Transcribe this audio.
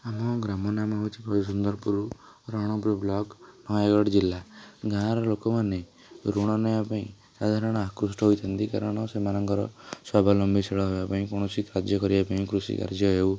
ଆମ ଗ୍ରାମ ନାମ ହେଉଛି ଗଜେନ୍ଦ୍ରପୁର ରଣପୁର ବ୍ଲକ୍ ନୟାଗଡ଼ ଜିଲ୍ଲା ଗାଆଁର ଲୋକମାନେ ଋଣ ନେବା ପାଇଁ ସାଧାରଣ ଆତ୍କୃଷ୍ଟ ହୋଇଥା'ନ୍ତି କାରଣ ସେମାନଙ୍କର ସ୍ବାବଲମ୍ବନଶୀଳ ହେବା ପାଇଁ କୌଣସି କାର୍ଯ୍ୟ କରିବା ପାଇଁ କୃଷି କାର୍ଯ୍ୟ ହେଉ